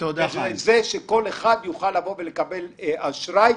את זה שכל אחד יוכל לבוא ולקבל אשראי,